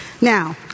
Now